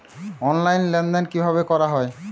Online লেনদেন কিভাবে করা হয়?